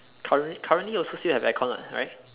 currently currently also still have aircon what right